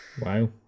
Wow